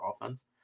offense